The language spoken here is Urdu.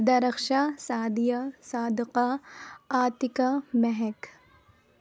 درخشاں سعدیہ صادقہ عاتقہ مہک